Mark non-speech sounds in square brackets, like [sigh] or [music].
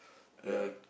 [noise] ya